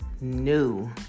new